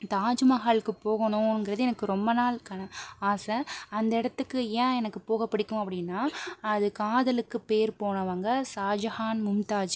தாஜ்மஹாலுக்கு போகணுங்கிறது எனக்கு ரொம்ப நாள் கனா ஆசை அந்த இடத்துக்கு ஏன் எனக்கு போக பிடிக்கும் அப்படினா அது காதலுக்கு பேர் போனவங்க ஷாஜஹான் மும்தாஜ்